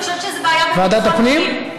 אני חושבת שזה בעיה, ועדת הפנים?